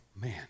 man